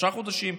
שלושה חודשים,